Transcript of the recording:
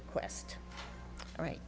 request right